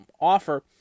offer